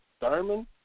Thurman